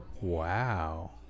Wow